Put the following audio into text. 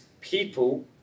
people